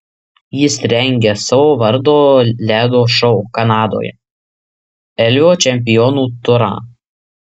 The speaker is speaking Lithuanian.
jis rengia savo vardo ledo šou kanadoje elvio čempionų turą